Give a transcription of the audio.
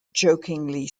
jokingly